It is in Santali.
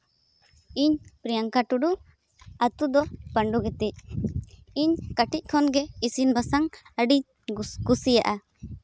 ᱤᱧ ᱯᱨᱤᱭᱟᱝᱠᱟ ᱴᱩᱰᱩ ᱟᱛᱳ ᱫᱚ ᱯᱟᱺᱰᱩ ᱜᱤᱛᱤᱡ ᱤᱧ ᱠᱟᱹᱴᱤᱡ ᱠᱷᱚᱱᱜᱮ ᱤᱥᱤᱱ ᱵᱟᱥᱟᱝ ᱟᱹᱰᱤ ᱠᱩᱥᱤᱭᱟᱜᱼᱟ